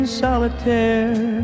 solitaire